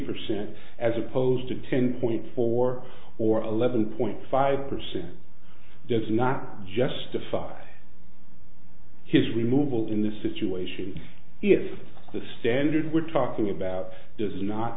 percent as opposed to ten point four or eleven point five percent does not justify his removal in this situation if the standard we're talking about does not